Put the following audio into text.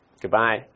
Goodbye